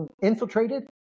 infiltrated